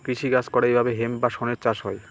কৃষি কাজ করে এইভাবে হেম্প বা শনের চাষ হয়